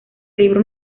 libra